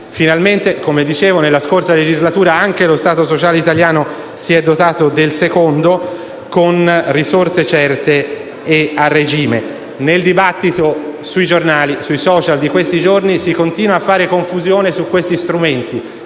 Finalmente, come dicevo, nella scorsa legislatura anche lo stato sociale italiano si è dotato del secondo, con risorse certe e a regime. Nel dibattito sui giornali e sui social di questi giorni si continua a fare confusione tra gli strumenti: